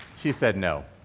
she said, no.